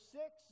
six